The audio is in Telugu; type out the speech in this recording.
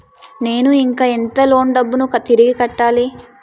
నేను ఇంకా ఎంత లోన్ డబ్బును తిరిగి కట్టాలి?